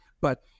but-